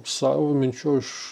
savo minčių aš